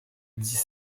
dix